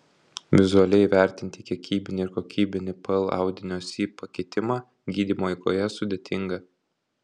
vizualiai įvertinti kiekybinį ir kokybinį pl audinio si pakitimą gydymo eigoje sudėtinga